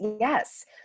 yes